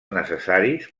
necessaris